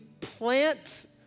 plant